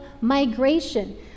migration